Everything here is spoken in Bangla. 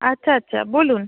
আচ্ছা আচ্ছা বলুন